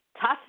Tough